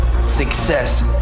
success